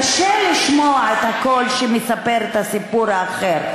קשה לשמוע את הקול שמספר את הסיפור האחר,